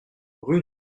rue